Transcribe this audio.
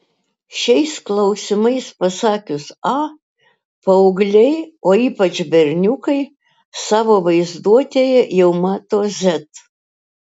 šiais klausimais pasakius a paaugliai o ypač berniukai savo vaizduotėje jau mato z